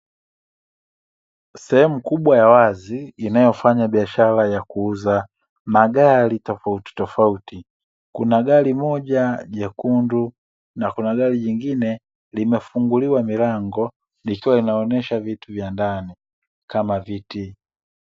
Sehemu kubwa ya wazi inayofanya biashara ya kuuza magari tofauti tofauti, kuna gari moja jekundu na kuna gari lingine limefunguliwa milango likiwa linaonesha vitu vya ndani kama viti.